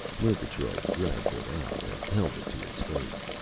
murgatroyd dragged it out and held it to his face.